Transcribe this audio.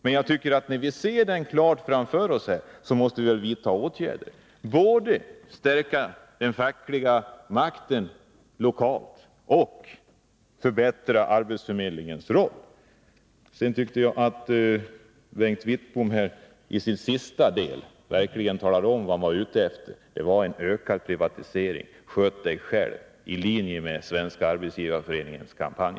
Men när vi ser svagheterna klart framför oss, måste vi väl vidta åtgärder: båda stärka den fackliga makten lokalt och förbättra arbetsförmedlingen. Bengt Wittbom talade i sista delen av sitt anförande verkligen om vad han var ute efter, nämligen en ökad privatisering — sköt dig själv, i likhet med Svenska arbetsgivareföreningens kampanj.